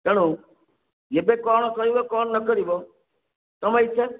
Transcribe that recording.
ତେଣୁ ଏବେ କ'ଣ କହିବ କ'ଣ ନକରିବ ତୁମ ଇଚ୍ଛା